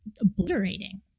obliterating